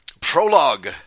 prologue